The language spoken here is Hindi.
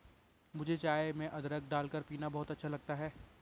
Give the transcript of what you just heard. मुझे चाय में अदरक डालकर पीना बहुत अच्छा लगता है